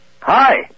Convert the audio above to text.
Hi